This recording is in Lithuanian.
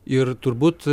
ir turbūt